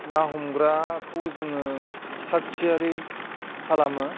ना हमग्राखौ जोङो थाख थियारि खालामो